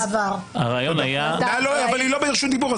נא לא היא לא ברשות דיבור,